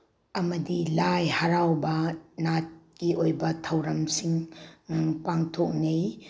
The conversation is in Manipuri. ꯑꯃꯗꯤ ꯂꯥꯏ ꯍꯔꯥꯎꯕ ꯅꯥꯠꯀꯤ ꯑꯣꯏꯕ ꯊꯧꯔꯝꯁꯤꯡ ꯄꯥꯡꯊꯣꯛꯅꯩ